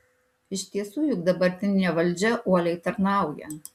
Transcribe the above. iš tiesų juk dabartinė valdžia uoliai tarnauja